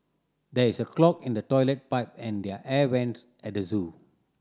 there is a clog in the toilet pipe and the air vents at the zoo